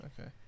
Okay